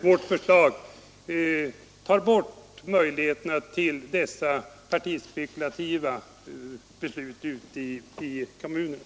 Vårt förslag tar bort möjligheterna till partispekulativa beslut ute i kommunerna.